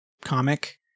comic